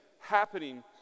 happening